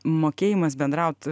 mokėjimas bendraut